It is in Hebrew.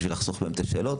בשביל לחסוך מהם את השאלות.